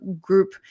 group